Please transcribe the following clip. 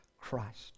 Christ